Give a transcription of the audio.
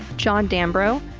john dambreaux,